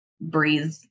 breathe